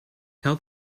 tell